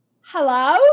hello